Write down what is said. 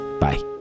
Bye